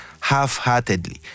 half-heartedly